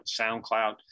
SoundCloud